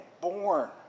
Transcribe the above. born